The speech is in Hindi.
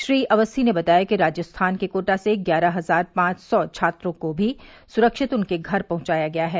श्री अवस्थी ने बताया कि राजस्थान के कोटा से ग्यारह हजार पांच सौ छात्रों को भी सुरक्षित उनके घर पहुंचाया गया है